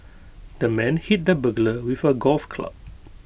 the man hit the burglar with A golf club